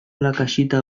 lakaxita